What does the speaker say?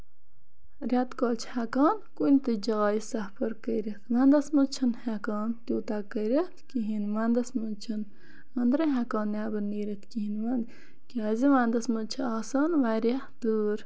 رٮ۪تہٕ کالہِ چھِ ہٮ۪کان کُنہِ تہِ جایہِ سَفر کٔرِتھ وَندَس منٛز چھِنہٕ ہٮ۪کان تیوٗتاہ کٔرِتھ کِہیٖنۍ وَندَس منٛز چھِنہٕ أندرٕ ہٮ۪کان نیبر نیٖرِتھ کِہیٖنۍ وَن کیازِ وَندَس منٛز چھِ آسان واریاہ تۭر